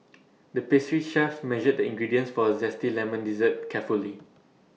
the pastry chef measured the ingredients for A Zesty Lemon Dessert carefully